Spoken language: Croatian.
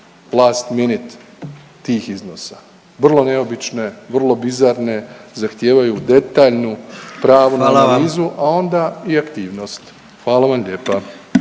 last minut tih iznosa, vrlo neobične, vrlo bizarne, zahtijevaju detaljnu pravnu analizu…/Upadica predsjednik: Hvala vam/… a